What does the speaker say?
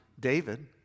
David